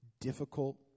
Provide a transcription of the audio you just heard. difficult